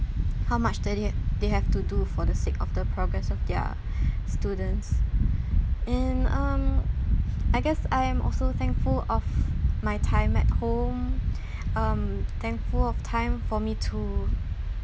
how much that they have they have to do for the sake of the progress of their students and um I guess I am also thankful of my time at home um thankful of time for me to